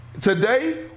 today